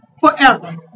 forever